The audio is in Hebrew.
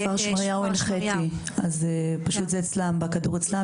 לגבי כפר שמריהו הנחיתי, פשוט הכדור אצלם.